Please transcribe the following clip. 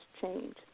change